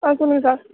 ஆ சொல்லுங்கள் சார்